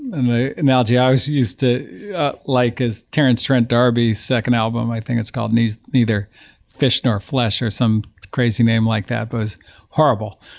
and the analogy i always used to like as terence trent d'arby's second album, i think it's called neither neither fish nor flesh, or some crazy name like that, but it was horrible.